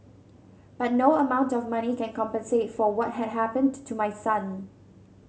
but no amount of money can compensate for what had happened to my son